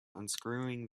unscrewing